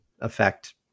effect